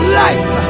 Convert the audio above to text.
life